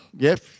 Yes